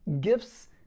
gifts